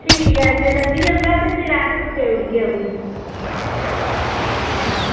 ठीक ऐ जे लब्भी जंदा ते फिर अस देई ओड़गे उ नेंगी